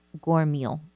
gourmet